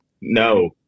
No